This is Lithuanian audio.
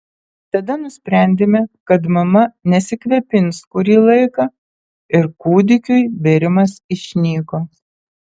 tada nusprendėme kad mama nesikvėpins kurį laiką ir kūdikiui bėrimas išnyko